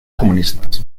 comunistas